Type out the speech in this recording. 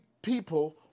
people